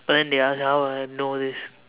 burn theirs how would I know this